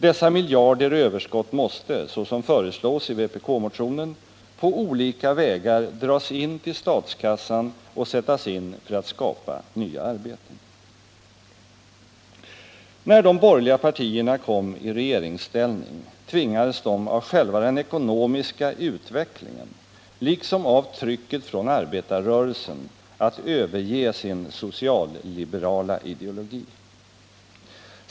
Dessa miljarder i överskott måste, såsom föreslås i vpkmotionen, på olika vägar dras in till statskassan och sättas in för att skapa nya arbeten. När de borgerliga partierna kom i regeringsställning tvingades de av själva den ekonomiska utvecklingen, liksom av trycket från arbetarrörelsen, att överge sin socialliberala ideologi.